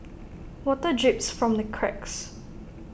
water drips from the cracks